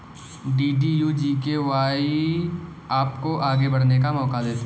DDU GKY आपको आगे बढ़ने का मौका देती है